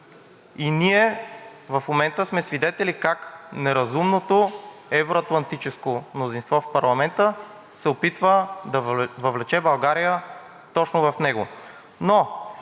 Ние в момента сме свидетели как неразумното евро-атлантическо мнозинство в парламента се опитва да въвлече България точно в него,